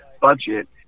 budget